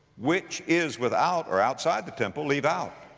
which is without, or outside, the temple leave out,